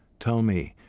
tell me,